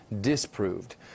disproved